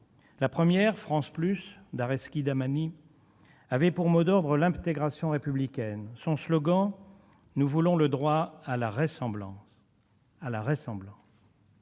Le premier, France Plus, d'Arezki Dahmani, avait pour mot d'ordre l'intégration républicaine. Son slogan était :« Nous voulons le droit à la ressemblance.